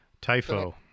Typho